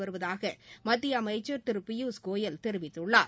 வருவதாக மத்திய அமைச்சர் திரு பியூஷ் கோயல் தெரிவித்துள்ளார்